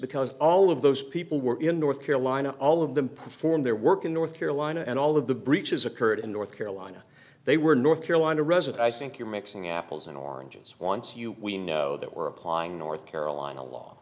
because all of those people were in north carolina all of them perform their work in north carolina and all of the breaches occurred in north carolina they were north carolina resident i think you're mixing apples and oranges once you we know that we're applying north carolina law